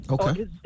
Okay